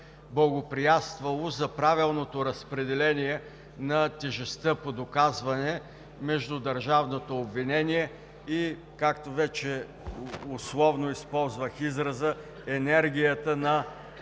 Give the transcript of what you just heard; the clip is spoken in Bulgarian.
благоприятствало за правилното разпределение на тежестта по доказване между държавното обвинение и, както вече условно използвах израза, „енергията на